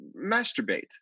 masturbate